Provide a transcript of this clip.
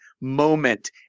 moment